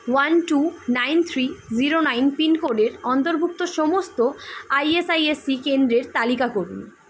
one two nine three zero nine পিনকোডের অন্তর্ভুক্ত সমস্ত I S I S C কেন্দ্রের তালিকা করুন